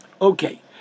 Okay